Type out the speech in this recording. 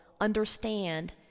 understand